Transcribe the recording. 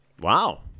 Wow